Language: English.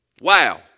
Wow